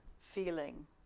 feeling